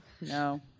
no